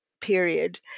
period